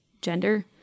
gender